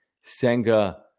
Senga